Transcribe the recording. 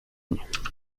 bretagne